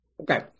Okay